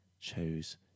chose